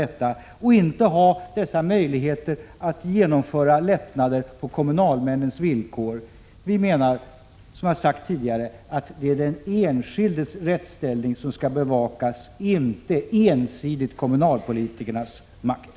Det skall inte finnas dessa möjligheter att genomföra lättnader på kommunalmännens villkor. Vi menar att det är den enskildes rättsställning som skall bevakas — inte ensidigt kommunalpolitikernas makt.